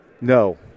No